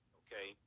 okay